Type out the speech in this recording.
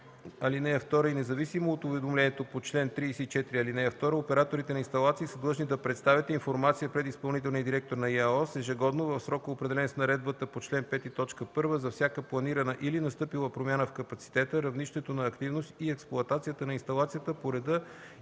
ал. 2 и независимо от уведомлението по чл. 34, ал. 2 операторите на инсталации са длъжни да представят информация пред изпълнителния директор на ИАОС ежегодно в срока, определен с наредбата по чл. 5, т. 1, за всяка планирана или настъпила промяна в капацитета, равнището на активност и експлоатацията на инсталацията по реда